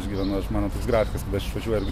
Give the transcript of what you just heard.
aš gyvenu aš mano toks grafikas aš išvažiuoju